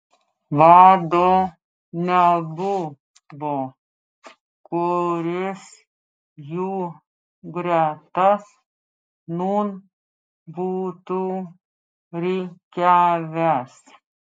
vado nebuvo kuris jų gretas nūn būtų rikiavęs